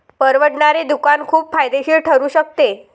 परवडणारे दुकान खूप फायदेशीर ठरू शकते